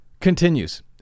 Continues